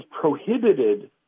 prohibited